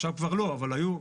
עכשיו כבר לא, אבל היו.